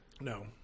No